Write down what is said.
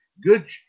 good